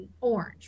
orange